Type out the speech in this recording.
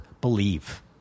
believe